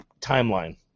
timeline